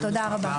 תודה רבה.